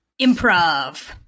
Improv